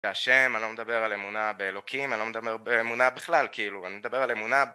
להשם אני לא מדבר על אמונה באלוקים אני לא מדבר על אמונה בכלל כאילו אני מדבר על אמונה